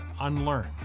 unlearn